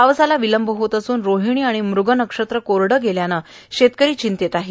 पावसाला विलंब होत असून रोहिणी व मंग नक्षत्र कोरडे गेल्याने शेतकरी चिंतेत आहे